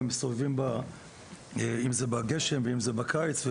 הם מסתובבים אם זה בגשם ואם זה בקיץ.